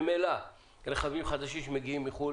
ממילא רכבים חדשים שמגיעים מחו"ל